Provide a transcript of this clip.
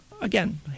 again